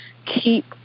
keep